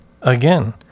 Again